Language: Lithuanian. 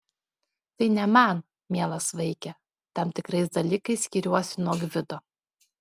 tai ne man mielas vaike tam tikrais dalykais skiriuosi nuo gvido